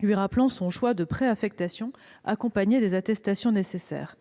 lui rappelant son choix de préaffectation, accompagné des attestations nécessaires.